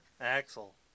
Axel